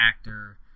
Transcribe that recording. actor